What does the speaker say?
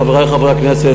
חברי חברי הכנסת,